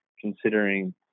considering